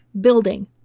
building